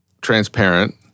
transparent